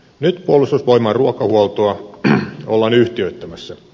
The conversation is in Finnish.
nyt puolustusvoimain ruokahuoltoa ollaan yhtiöittämässä